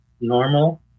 normal